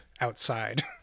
outside